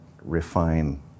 refine